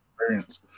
experience